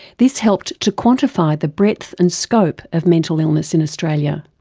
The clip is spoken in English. this helped to quantify the breadth and scope of mental illness in australia.